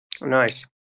Nice